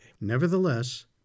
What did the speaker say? Nevertheless